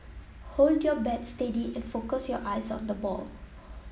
hold your bat steady and focus your eyes on the ball